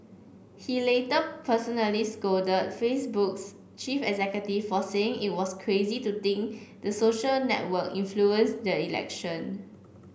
he later personally scolded Facebook's chief executive for saying it was crazy to think the social network influenced the election